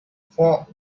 four